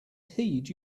heed